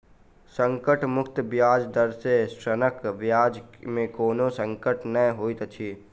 संकट मुक्त ब्याज दर में ऋणक ब्याज में कोनो संकट नै होइत अछि